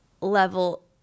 level